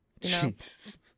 Jesus